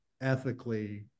ethically